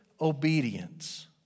obedience